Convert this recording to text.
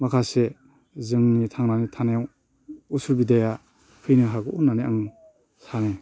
माखासे जोंनि थांनानै थानायाव असुबिदाया फैनो हागौ होननानै आं सानो